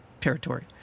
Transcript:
territory